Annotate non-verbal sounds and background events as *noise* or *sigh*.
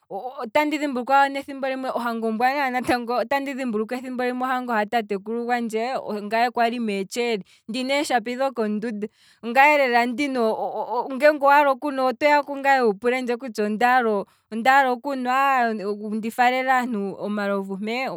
*hesitation* otandi dhimbulukwa natango esiku limwe, ohango ndjoka *laughs* otandi thimbulukwa esiku limwe ohango hatatekulu gwandje, ongaye kwali meetsheeli ndina eeshapi dhoko ndunda, ongaye lela ndina *hesitation* ngeenge owaala okunwa otoya kungaye wu pulendje kutya ondaala okunwa. ondaala oku faalela aantu omalovu mpee,